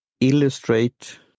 illustrate